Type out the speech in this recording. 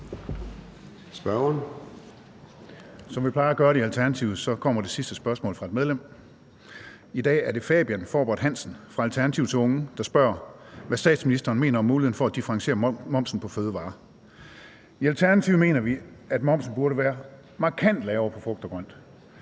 Som vi plejer at gøre det i Alternativet, kommer det sidste spørgsmål fra et medlem. I dag er det Fabian Forbert-Hansen fra Alternativets Unge, der spørger, hvad statsministeren mener om muligheden for at differentiere momsen på fødevarer. I Alternativet mener vi, at momsen burde være markant lavere på frugt og grønt.